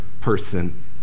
person